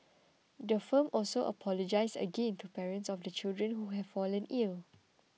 the firm also apologised again to parents of the children who have fallen ill